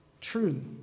true